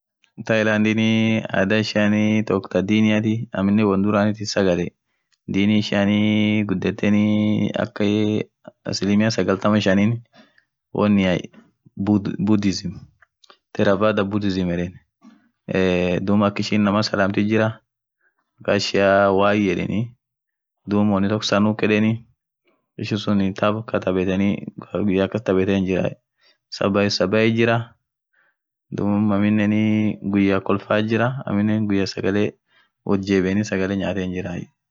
Mtailaniin adha ishianii toko thaa diniathi aminen won dhuranithi sagale dini ishiani ghudhethenii akaaa asilimia sagaltham shanin wonia budisium terafatha budisium eee dhub akishin inamaa salamtithi jira makaaa ishia Y yedheni dhub unitoko sanuk yedheni ishisun tab kaaa thabetheni Kaa guyya kastabethen jiraaai sabai sabai jira dhub aminen guyya kolfaat jira aminen guyya sagale woth jebieni sagale nyaten jiraaai